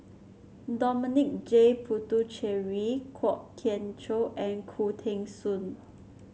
Dominic J Puthucheary Kwok Kian Chow and Khoo Teng Soon